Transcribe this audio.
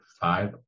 five